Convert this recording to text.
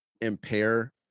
impair